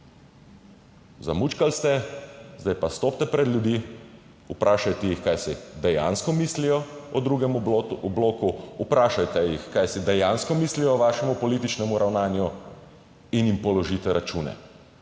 Zamučkali ste, zdaj pa stopite pred ljudi, vprašajte jih, kaj si dejansko mislijo o drugem bloku, vprašajte jih, kaj si dejansko mislijo o vašemu političnem ravnanju in jim položite račune.